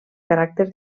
caràcter